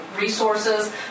resources